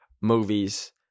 movies